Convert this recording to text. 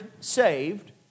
saved